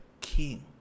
King